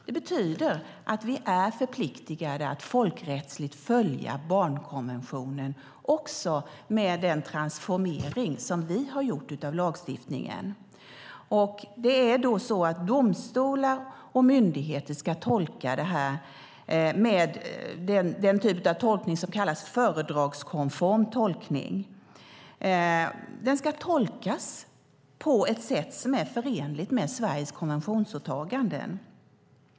Det betyder att vi är förpliktade att folkrättsligt följa barnkonventionen, också med den transformering som vi har gjort av lagstiftningen. Det är då så att domstolar och myndigheter ska tolka det här med det som kallas en fördragskonform tolkning. Det ska tolkas på ett sätt som är förenligt med Sveriges konventionsåtaganden.